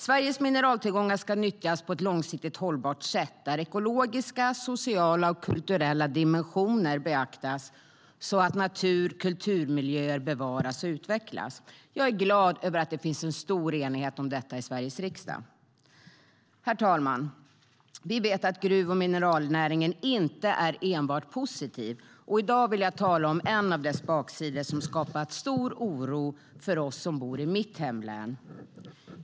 Sveriges mineraltillgångar ska nyttjas på ett långsiktigt hållbart sätt där ekologiska, sociala och kulturella dimensioner beaktas så att natur och kulturmiljöer bevaras och utvecklas. Jag är glad över att det finns en stor enighet om detta i Sveriges riksdag. Herr talman! Vi vet att gruv och mineralnäringen inte är enbart positiv, och i dag vill jag tala om en av dess baksidor som skapat stor oro för oss som bor i mitt hemlän.